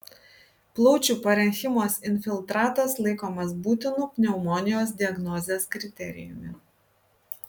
plaučių parenchimos infiltratas laikomas būtinu pneumonijos diagnozės kriterijumi